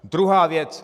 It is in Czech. Druhá věc.